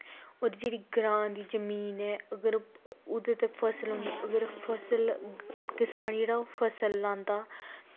होर जेह्ड़ी ग्रांऽ दी जमीन ऐ अगर उत्थैं ते फसल होंदी अगर फसल किसान जेह्ड़ा ओह् फसल लांदा